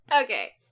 Okay